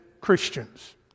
Christians